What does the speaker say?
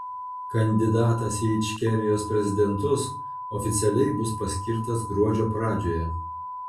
kandidatas į ičkerijos prezidentus oficialiai bus paskirtas gruodžio pradžioje